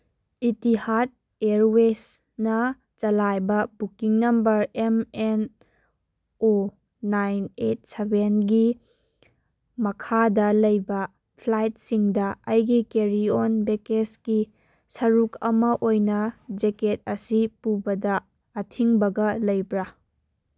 ꯏꯇꯤꯍꯥꯔꯠ ꯏꯌꯥꯔꯋꯦꯁꯅ ꯆꯂꯥꯏꯕ booking number M N O nine eight ꯁꯕꯦꯟꯒꯤ ꯃꯈꯥꯗ ꯂꯩꯕ ꯐ꯭ꯂꯥꯏꯠꯁꯤꯡꯗ ꯑꯩꯒꯤ ꯀꯦꯔꯤ ꯑꯣꯟ ꯕꯦꯀꯦꯁꯀꯤ ꯁꯔꯨꯛ ꯑꯃ ꯑꯣꯏꯅ ꯖꯦꯀꯦꯠ ꯑꯁꯤ ꯄꯨꯕꯗ ꯑꯊꯤꯡꯕꯒ ꯂꯩꯕ꯭ꯔꯥ